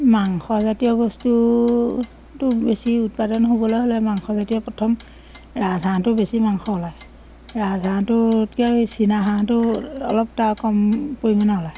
মাংসজাতীয় বস্তুটো বেছি উৎপাদন হ'বলৈ হ'লে মাংসজাতীয় প্ৰথম ৰাজহাঁহটো বেছি মাংস ওলায় ৰাজহাঁহটোতকৈ চীনা হাঁহটো অলপ তাৰ কম পৰিমাণে ওলায়